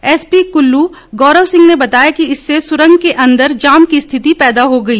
S P Kullu Gaurav Singh ने बताया कि इससे सुरंग के अन्दर जाम की स्थिति पैदा हो गई